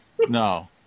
No